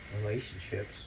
relationships